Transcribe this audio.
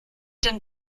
denn